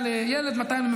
100 ש"ח או 200 ש"ח.